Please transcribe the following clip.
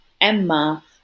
Emma